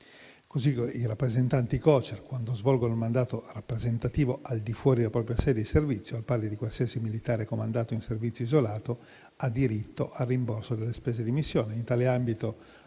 Così i rappresentanti Cocer, quando svolgono il mandato rappresentativo al di fuori della propria sede di servizio, al pari di qualsiasi militare comandato in servizio isolato, hanno diritto al rimborso delle spese di missione.